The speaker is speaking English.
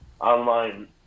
online